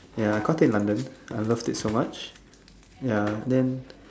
ya caught it in London then I love it so much